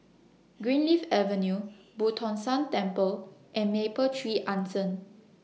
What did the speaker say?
Greenleaf Avenue Boo Tong San Temple and Mapletree Anson